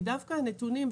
כי דווקא הנתונים,